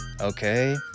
Okay